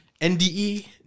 NDE